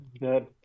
Good